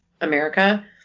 America